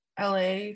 LA